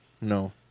No